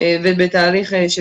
ובתהליך של